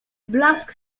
blask